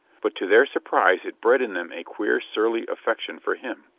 but to their surprise it bred in them a queer surly affection for him.